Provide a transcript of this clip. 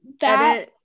That-